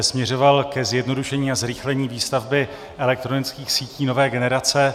Směřoval ke zjednodušení a zrychlení výstavby elektronických sítí nové generace.